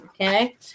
Okay